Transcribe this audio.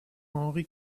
henri